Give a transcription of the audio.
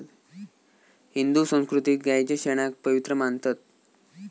हिंदू संस्कृतीत गायीच्या शेणाक पवित्र मानतत